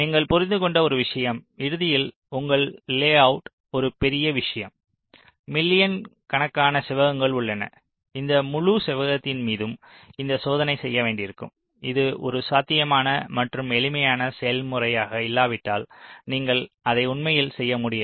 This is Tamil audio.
நீங்கள் புரிந்துகொண்ட ஒரு விஷயம் இறுதியில் உங்கள் லேஅவுட் ஒரு பெரிய விஷயம் மில்லியன் கணக்கான செவ்வகங்கள் உள்ளன இந்த முழு செவ்வகத்தின் மீதும் இந்த சோதனை செய்ய வேண்டியிருக்கும் இது ஒரு சாத்தியமான மற்றும் எளிமையான செயல்முறையாக இல்லாவிட்டால் நீங்கள் அதை உண்மையில் செய்ய முடியாது